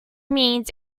means